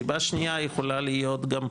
סיבה שנייה יכולה להיות גם,